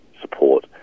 support